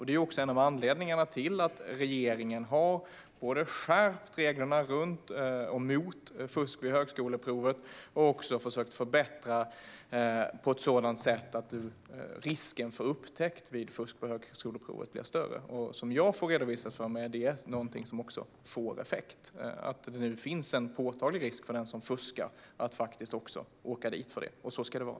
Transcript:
Det är en av anledningarna till att regeringen har skärpt reglerna i fråga om fusk vid högskoleprovet och också försökt förbättra på ett sådant sätt att risken för upptäckt vid fusk på högskoleprovet blir större. Som jag får det redovisat för mig är detta någonting som får effekt - att det nu finns en påtaglig risk för den som fuskar att faktiskt åka dit för det. Så ska det vara.